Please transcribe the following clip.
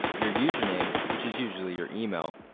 your user name, which is usually your email,